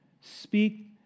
speak